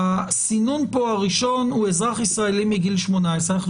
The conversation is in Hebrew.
הסינון פה הראשון הוא אזרח ישראלי מגיל 18. אנחנו